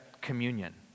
communion